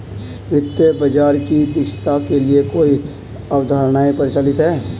वित्तीय बाजार की दक्षता के लिए कई अवधारणाएं प्रचलित है